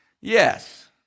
Yes